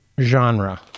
genre